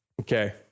okay